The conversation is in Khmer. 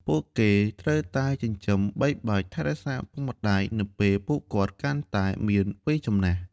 ពួកគេត្រូវតែចិញ្ចឹមបីបាច់ថែរក្សាឪពុកម្តាយ នៅពេលពួកគាត់កាន់តែមានវ័យចំណាស់។